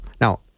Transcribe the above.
Now